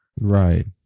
Right